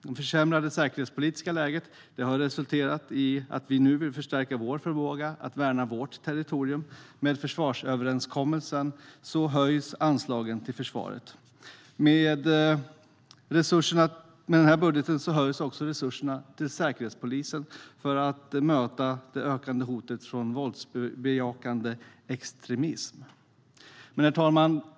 Det försämrade säkerhetspolitiska läget har resulterat i att vi nu vill stärka vår förmåga att värna vårt territorium, och med försvarsöverenskommelsen höjs anslagen till försvaret. Med denna budget ökas också resurserna till Säkerhetspolisen för att möta det ökande hotet från våldsbejakande extremism. Herr talman!